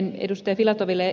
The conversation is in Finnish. filatoville ja ed